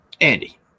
Andy